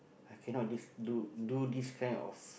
I cannot this do do this kind of